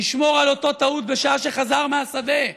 לשמור על אותה טעות בשעה שחזר מהשדה,